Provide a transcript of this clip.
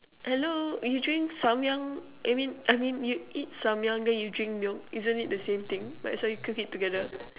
hello you drink samyang I mean I mean you eat samyang then you drink milk isn't it the same thing might as well you cook it together